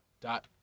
dot